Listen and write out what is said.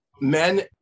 men